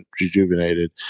rejuvenated